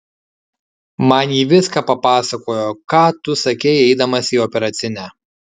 man ji viską papasakojo ką tu sakei eidamas į operacinę